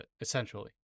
essentially